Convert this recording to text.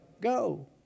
Go